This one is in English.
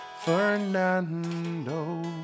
Fernando